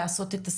לנוח.